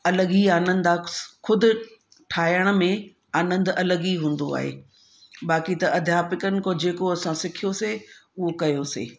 अलॻि ई आनंद आहे ख़ुदि ठाहिण में आनंद अलॻि ई हूंदो आहे बाक़ी त अध्यापकनि सां जेको असां सिखियोसीं उहो कयोसीं